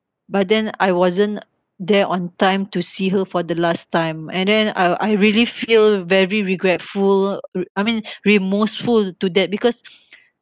but then I wasn't there on time to see her for the last time and then uh I really feel very regretful re~ I mean remorseful to that because